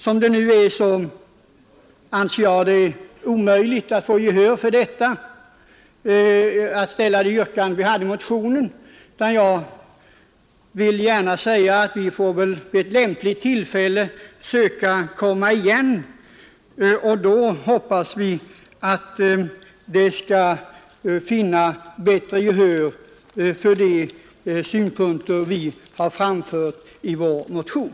Som det nu är anser jag det omöjligt att få gehör för det yrkande vi hade i motionen, men jag vill gärna säga att vi får komma igen vid ett lämpligt tillfälle, och då hoppas vi finna bättre gehör för de synpunkter som vi har anfört i vår motion.